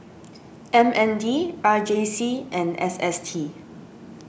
M N D R J C and S S T